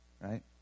right